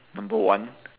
number one